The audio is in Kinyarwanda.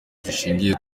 zishingiye